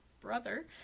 brother